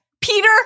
Peter